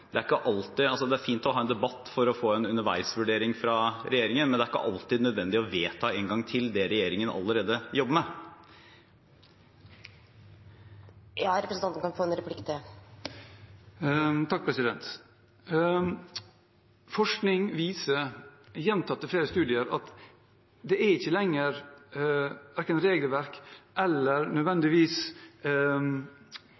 ikke alltid nødvendig å vedta en gang til det regjeringen allerede jobber med. Forskning viser, gjentatt i flere studier, at det viktige er ikke lenger verken regelverk eller nødvendigvis bare målinger, men overgangen til å få løftet det